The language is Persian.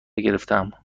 گرفتهام